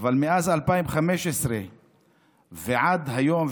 אבל מאז 2015 ועד היום,